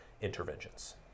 interventions